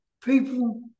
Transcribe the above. people